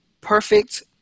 perfect